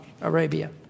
Arabia